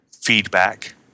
feedback